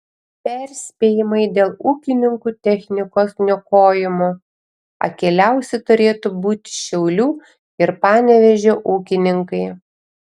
perspėjimai dėl ūkininkų technikos niokojimo akyliausi turėtų būti šiaulių ir panevėžio ūkininkai